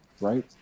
right